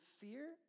fear